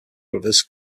brothers